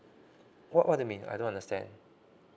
what what the mean I don't understand